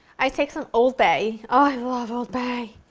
i take some old bay, ah! i love old bay!